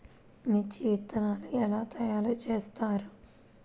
మిర్చి విత్తనాలు ఎలా తయారు చేస్తారు?